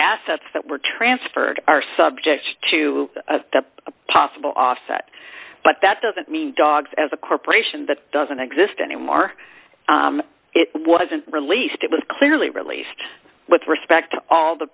assets that were transferred are subject to a possible offset but that doesn't mean dogs as a corporation that doesn't exist anymore it wasn't released it was clearly released with respect to all the